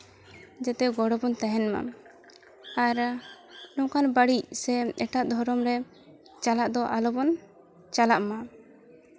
ᱡᱟᱛᱮ ᱜᱚᱲᱚ ᱵᱚᱱ ᱛᱟᱦᱮᱱ ᱢᱟ ᱥᱮ ᱱᱚᱝᱠᱟᱱ ᱵᱟᱹᱲᱤᱡ ᱥᱮ ᱮᱴᱟᱜ ᱫᱷᱚᱨᱚᱢ ᱨᱮ ᱪᱟᱞᱟᱜ ᱫᱚ ᱟᱞᱚᱵᱚᱱ ᱪᱟᱞᱟᱜ ᱢᱟ